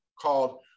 called